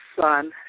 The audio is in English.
son